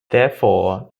therefore